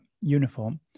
uniform